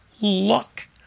luck